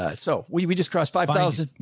ah so we, we just crossed five thousand,